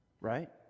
right